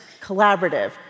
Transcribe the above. collaborative